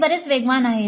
ते बरेच वेगवान आहेत